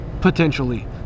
potentially